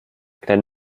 glenn